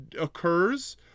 occurs